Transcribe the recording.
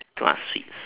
too much sweets